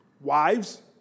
Wives